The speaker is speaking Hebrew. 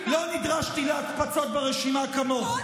אני לא נדרשתי להקפצות ברשימה, כמוך.